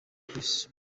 grace